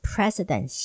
President